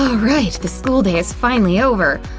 ah alright, the school day is finally over!